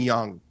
Young